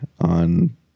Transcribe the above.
on